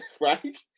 right